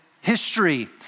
history